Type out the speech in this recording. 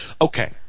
Okay